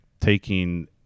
taking